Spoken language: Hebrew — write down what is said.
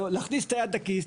להכניס את היד לכיס,